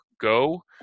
Go